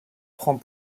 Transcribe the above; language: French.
prend